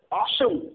awesome